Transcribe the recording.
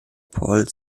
paul